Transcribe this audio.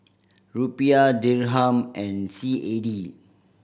Rupiah Dirham and C A D